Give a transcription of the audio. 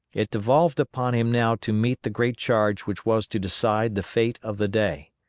it devolved upon him now to meet the great charge which was to decide the fate of the day.